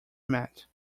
met